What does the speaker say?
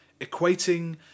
equating